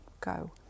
go